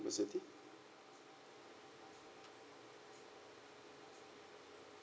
university